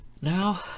Now